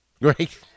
Right